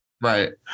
right